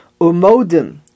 Umodim